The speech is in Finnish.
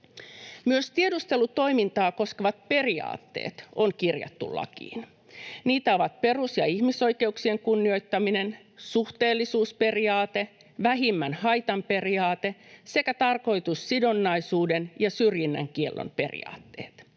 Myös tiedustelutoimintaa koskevat periaatteet on kirjattu lakiin. Niitä ovat perus- ja ihmisoikeuksien kunnioittaminen, suhteellisuusperiaate, vähimmän haitan periaate sekä tarkoitussidonnaisuuden ja syrjinnän kiellon periaatteet.